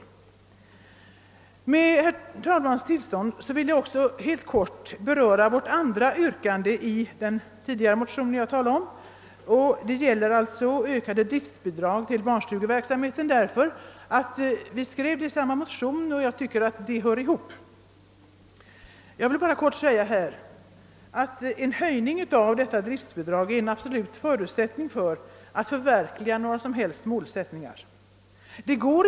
Med herr talmannens tillstånd vill jag också helt kortfattat beröra den del av motionen som ' behandlas under punkt 11: Den gäller ökade driftbidrag till barnstugeverksamheten. Vi tog upp dessa båda ting i samma motion, därför att vi tyckte att de hör ihop. En höjning av dessa driftbidrag är en absolut: förutsättning för att man skall kunna förverkliga några. målsättningar. Det går.